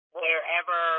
wherever